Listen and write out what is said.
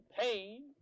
pain